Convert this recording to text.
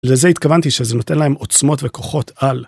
לזה התכוונתי שזה נותן להם עוצמות וכוחות על.